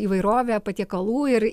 įvairovė patiekalų ir